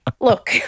Look